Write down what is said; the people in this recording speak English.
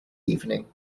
evening